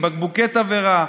בקבוקי תבערה,